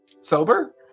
sober